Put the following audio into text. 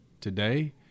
today